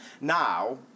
now